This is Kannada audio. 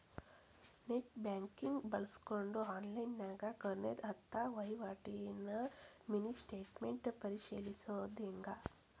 ನೆಟ್ ಬ್ಯಾಂಕಿಂಗ್ ಬಳ್ಸ್ಕೊಂಡ್ ಆನ್ಲೈನ್ಯಾಗ ಕೊನೆ ಹತ್ತ ವಹಿವಾಟಿನ ಮಿನಿ ಸ್ಟೇಟ್ಮೆಂಟ್ ಪರಿಶೇಲಿಸೊದ್ ಹೆಂಗ